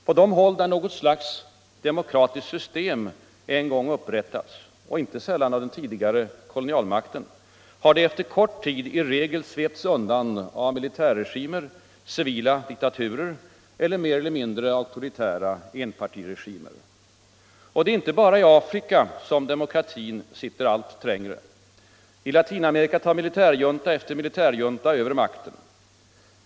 På de håll där något slags demokratiskt system en gång upprättats — inte sällan av den tidigare kolonialmakten — har det efter kort tid i regel svepts undan av militärregimer, civila diktaturer eller mer eller mindre auktoritära enpartiregimer. Och det är inte bara i Afrika som demokratin sitter allt trängre. I Latinamerika tar militärjunta efter militärjunta över makten.